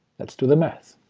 let's do the math.